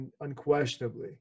unquestionably